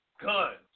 guns